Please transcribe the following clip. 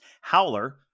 howler